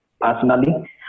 personally